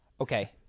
Okay